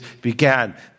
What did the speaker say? began